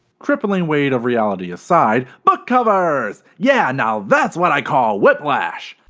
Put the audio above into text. crippling weight of reality aside, book covers! yeah, now that's what i call whiplash.